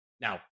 Now